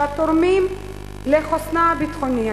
שהתורמים לחוסנה הביטחוני,